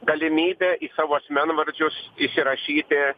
galimybę į savo asmenvardžius įsirašyti